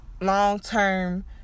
long-term